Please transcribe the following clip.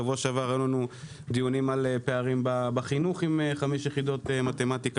שבוע שעבר היו לנו דיונים על פערים בחינוך עם חמש יחידות מתמטיקה,